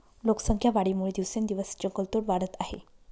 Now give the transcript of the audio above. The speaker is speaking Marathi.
लोकसंख्या वाढीमुळे दिवसेंदिवस जंगलतोड वाढत आहे